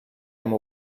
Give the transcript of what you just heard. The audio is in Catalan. amb